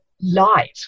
light